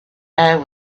air